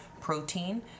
protein